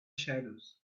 shadows